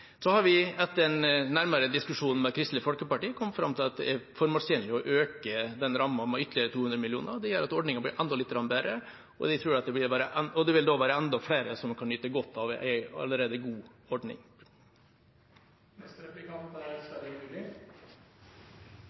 Så har vi etter nærmere diskusjon med Kristelig Folkeparti kommet fram til at det er formålstjenlig å øke den rammen med ytterligere 200 mill. kr. Det gjør at ordningen blir enda lite grann bedre, og da vil enda flere kunne nyte godt av en allerede god